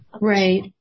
right